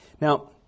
Now